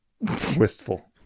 wistful